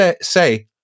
say